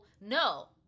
no